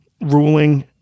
ruling